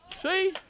See